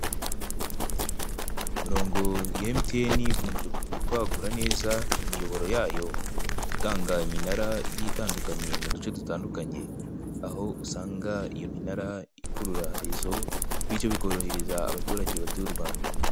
Imirongo ya emutiyene ikomeje kwagura neza imiyoboro yayo itanga iminara igiye itandukanye mu duce dutandukanye, aho usanga iyo minara ikurura rezo bityo bikorohereza abaturage batuye u Rwanda.